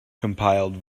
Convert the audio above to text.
compiled